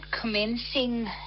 commencing